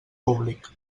públic